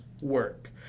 work